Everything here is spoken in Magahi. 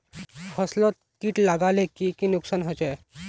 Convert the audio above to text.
फसलोत किट लगाले की की नुकसान होचए?